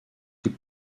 die